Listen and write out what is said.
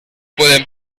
pueden